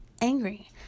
angry